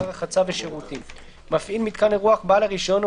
חדר רחצה ושירותים,"; "מפעיל מיתקן אירוח" בעל הרישיון או